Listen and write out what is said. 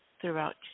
throughout